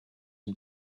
him